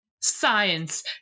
science